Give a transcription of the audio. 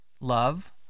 love